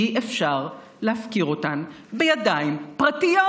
אי-אפשר להפקיר אותם בידיים פרטיות.